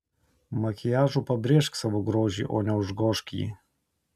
makiažu pabrėžk savo grožį o ne užgožk jį